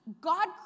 God